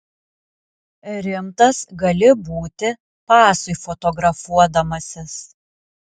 rimtas gali būti pasui fotografuodamasis